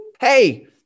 Hey